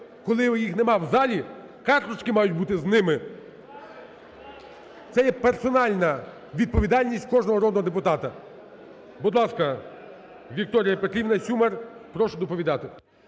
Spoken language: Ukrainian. Коли їх немає в залі, карточки мають бути з ними. Це є персональна відповідальність кожного народного депутата. Будь ласка, Вікторія Петрівна Сюмар, прошу доповідати.